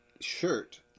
shirt